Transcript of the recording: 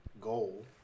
goal